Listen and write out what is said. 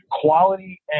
Quality